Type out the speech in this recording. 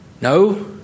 No